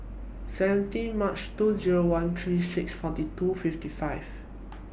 seventeen March two Zero one three six forty two fifty five